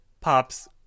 Pops